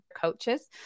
coaches